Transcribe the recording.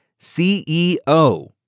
CEO